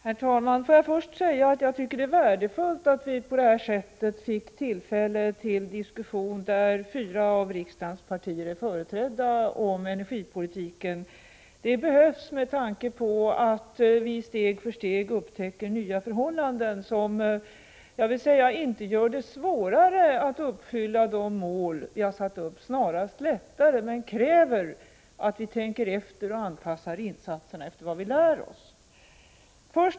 Herr talman! Låt mig först säga att jag tycker att det är värdefullt att vi på detta sätt fick tillfälle till en diskussion om energipolitiken där fyra av riksdagens partier är företrädda. Det behövs med tanke på att vi steg för steg upptäcker nya förhållanden, som dock inte gör det svårare att uppfylla de mål vi har satt upp. De gör det snarare lättare, men det kräver också att vi tänker efter och anpassar insatserna efter vad vi lär oss.